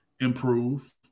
improve